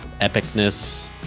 epicness